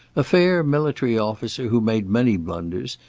a fair military officer, who made many blunders,